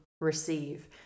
receive